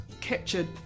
captured